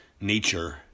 nature